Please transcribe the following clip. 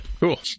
Cool